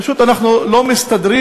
פשוט, אנחנו לא מסתדרים,